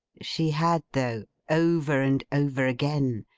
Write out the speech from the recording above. she had, though over and over again.